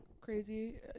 crazy